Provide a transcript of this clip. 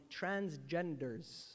transgenders